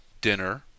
Dinner